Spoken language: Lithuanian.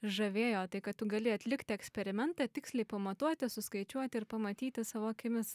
žavėjo tai kad tu gali atlikti eksperimentą tiksliai pamatuoti suskaičiuoti ir pamatyti savo akimis